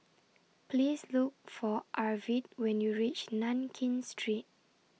Please Look For Arvid when YOU REACH Nankin Street